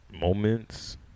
moments